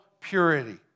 purity